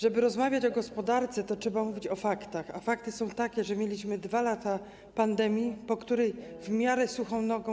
Żeby rozmawiać o gospodarce, to trzeba mówić o faktach, a fakty są takie, że mieliśmy 2 lata pandemii, przez którą przeszliśmy w miarę suchą nogą.